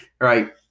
right